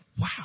wow